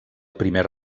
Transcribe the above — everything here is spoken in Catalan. primer